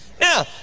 Now